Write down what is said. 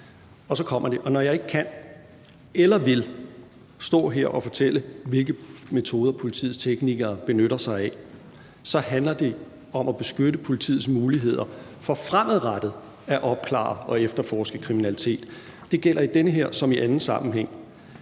og så kommer de. Og når jeg ikke kan eller vil stå her og fortælle, hvilke metoder politiets teknikere benytter sig af, handler det om at beskytte politiets muligheder for fremadrettet at opklare og efterforske kriminalitet. Det gælder i denne som i andre sammenhænge.